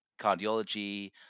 cardiology